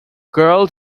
girl